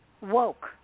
woke